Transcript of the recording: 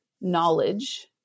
knowledge